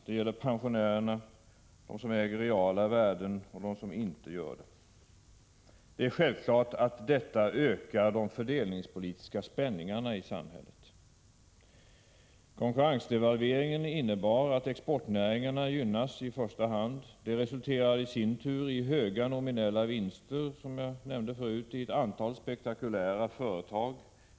Det gäller pensionärerna och dem som äger reala värden och dem som inte gör det. Det är självklart att detta ökar de fördelningspolitiska spänningarna i samhället. Konkurrensdevalveringen innebär att exportnäringarna gynnas i första hand. Det resulterar i sin tur i höga nominella vinster i ett antal spektakulära företag.